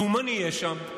לאומני יש שם.